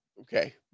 Okay